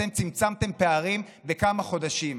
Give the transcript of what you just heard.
אתם צמצמתם פערים בכמה חודשים.